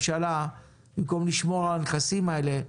במקום לשמור על הנכסים האלה,